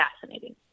fascinating